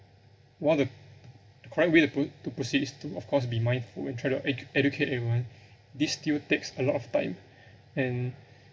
one of the correct way to p~ to proceed is to of course to be mindful and try to edu~ educate everyone this still takes a lot of time and